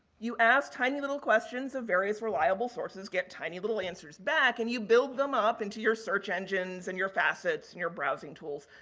you ask tiny little questions of very reliable sources, get tiny little answers back, and you build them up into your search engines and your facets and your browsing tools,